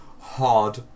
hard